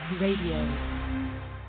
Radio